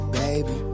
baby